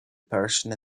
person